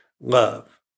love